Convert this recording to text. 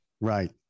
Right